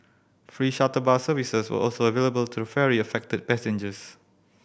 free shuttle bus services were also available to ferry affected passengers